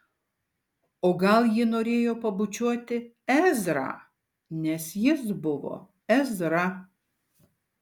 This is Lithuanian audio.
o gal ji norėjo pabučiuoti ezrą nes jis buvo ezra